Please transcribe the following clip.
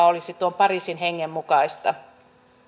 olisi tuon pariisin hengen mukaista